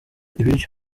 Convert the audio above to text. ibiryo